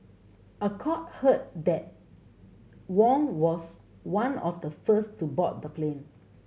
a court heard that Wang was one of the first to board the plane